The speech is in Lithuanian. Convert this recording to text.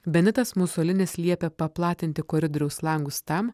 benitas musolinis liepė paplatinti koridoriaus langus tam